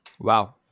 Wow